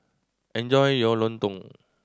enjoy your lontong